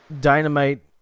Dynamite